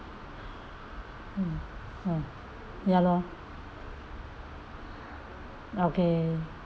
mm mm ya lor okay